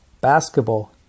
basketball